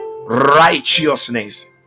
righteousness